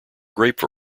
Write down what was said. grape